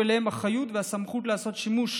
אליהן האחריות והסמכות לעשות שימוש